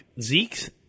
Zeke's